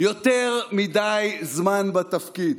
יותר מדי זמן בתפקיד,